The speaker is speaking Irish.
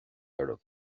oraibh